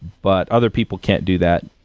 but other people can't do that.